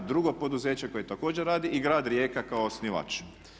Drugo poduzeće koje također radi i grad Rijeka kao osnivač.